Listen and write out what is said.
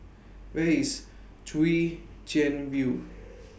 Where IS Chwee Chian View